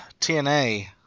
TNA